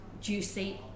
juicy